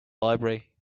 library